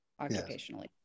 occupationally